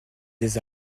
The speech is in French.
des